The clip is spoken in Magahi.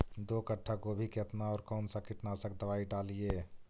दो कट्ठा गोभी केतना और कौन सा कीटनाशक दवाई डालिए?